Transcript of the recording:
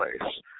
place